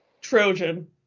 Trojan